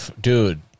Dude